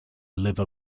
liver